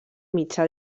mitjà